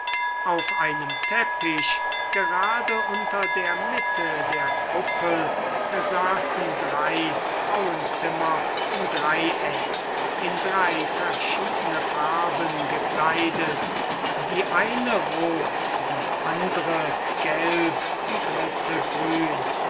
auf einem teppich gerade unter der mitte der kuppel saßen drei frauenzimmer im dreieck in drei verschiedene farben gekleidet die eine rot die andre gelb die dritte grün